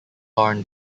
barn